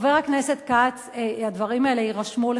חבר הכנסת כץ, הדברים האלה יירשמו לך,